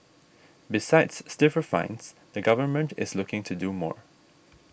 besides stiffer fines the government is looking to do more